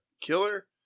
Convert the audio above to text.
killer